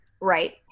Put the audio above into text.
Right